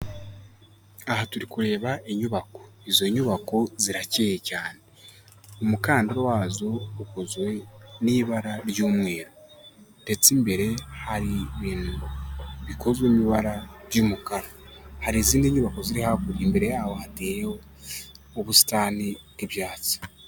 Aha turi kureba inyubako, izo nyubako zirakeye cyane, umukandara wazo ukozwe n'ibara ry'umweru ndetse imbere hari ibintu bikozwe mu ibara ry'umukara. Hari izindi nyubako ziri hakurya, imbere yaho hateyeho ubusitani bw'ibyatsi.